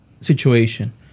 situation